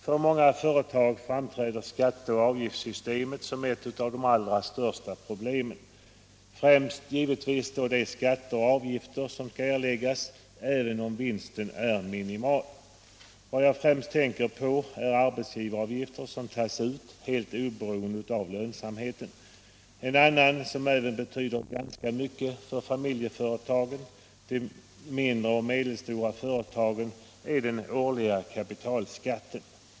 För många företag framträder skatte och avgiftssystemet som ett av de allra största problemen — främst givetvis de skatter och avgifter som skall erläggas även om vinsten är minimal. Vad jag här främst tänker på är arbetsgivaravgifter som tas ut helt oberoende av lönsamheten. En annan utgift som även den betyder ganska mycket för familje företagen, de mindre och medelstora företagen, är den årliga kapitalskatten.